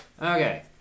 Okay